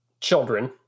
children